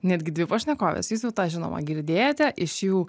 netgi dvi pašnekovės jūs jau tą žinoma girdėjote iš jų